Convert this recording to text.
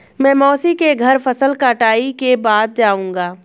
मैं मौसी के घर फसल कटाई के बाद जाऊंगा